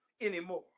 anymore